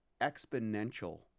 exponential